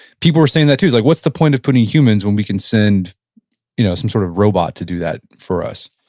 people were saying that too, it's like, what's the point of putting humans, when we can send you know some sort of robot to do that for us?